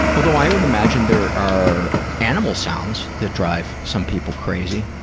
but although i would imagine there are animal sounds that drive some people crazy.